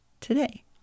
today